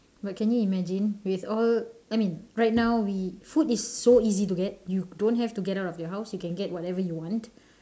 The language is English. but can you imagine with all I mean right now we food is so easy to get you don't have to get out of your house you can get whatever you want